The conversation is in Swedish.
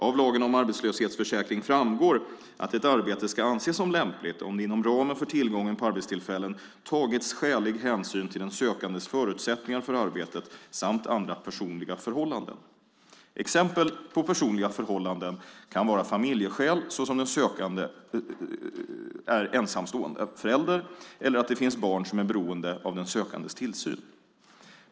Av lagen om arbetslöshetsförsäkring framgår att ett arbete ska anses som lämpligt om det inom ramen för tillgången på arbetstillfällen tagits skälig hänsyn till den sökandes förutsättningar för arbetet samt andra personliga förhållanden. Exempel på personliga förhållanden kan vara familjeskäl, såsom att den sökande är ensamstående förälder eller att det finns barn som är beroende av den sökandes tillsyn.